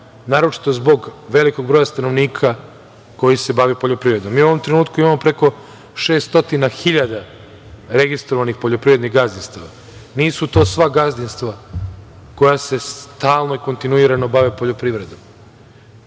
naročito zbog velikog broja stanovnika koji se bave poljoprivredom. Mi u ovom trenutku imamo preko 600 hiljada registrovanih poljoprivrednih gazdinstava. Nisu to sva gazdinstva koja se stalno i kontinuirano bave poljoprivredom.